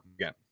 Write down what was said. again